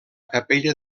capella